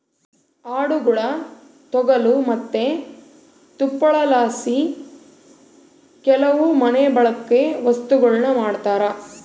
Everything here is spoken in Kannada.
ಆಡುಗುಳ ತೊಗಲು ಮತ್ತೆ ತುಪ್ಪಳದಲಾಸಿ ಕೆಲವು ಮನೆಬಳ್ಕೆ ವಸ್ತುಗುಳ್ನ ಮಾಡ್ತರ